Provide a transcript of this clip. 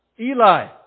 Eli